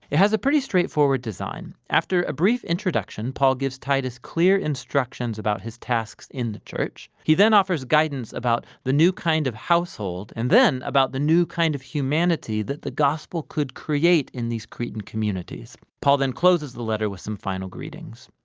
it has a pretty straightforward design. after a brief introduction paul gives titus clear instructions about his tasks in the church. he then offers guidance about the new kind of household and then about the new kind of humanity that the gospel could create in these cretan communities. paul then closes the letter with some final greetings.